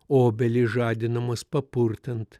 obelys žadinamos papurtant